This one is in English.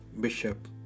Bishop